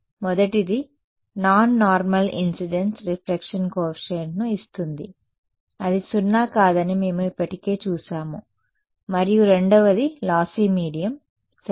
మొదటిది non normal incidence reflection కోఎఫీషియంట్ను ఇస్తుంది అది సున్నా కాదని మేము ఇప్పటికే చూసాము మరియు రెండవది లాస్సీ మీడియం సరే